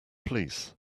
police